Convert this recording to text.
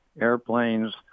airplanes